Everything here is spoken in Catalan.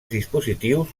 dispositius